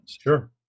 Sure